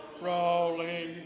rolling